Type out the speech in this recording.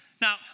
Now